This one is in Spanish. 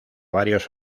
varios